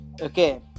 Okay